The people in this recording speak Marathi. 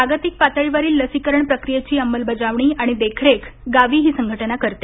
जागतिक पातळीवरील लसीकरण प्रक्रियेची अंमलबजावणी आणि देखरेख गावी ही संघटना करते